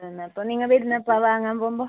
തന്നെ അപ്പോൾ നിങ്ങൾ വരുന്നോ ഇപ്പം വാങ്ങാൻ പോവുമ്പോൾ